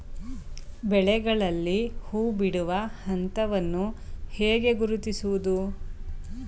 ಬೆಳೆಗಳಲ್ಲಿ ಹೂಬಿಡುವ ಹಂತವನ್ನು ಹೇಗೆ ಗುರುತಿಸುವುದು?